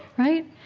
right?